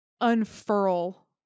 unfurl